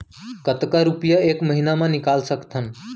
कतका रुपिया एक महीना म निकाल सकथन?